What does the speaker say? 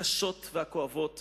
הקשות והכואבות